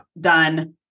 done